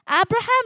Abraham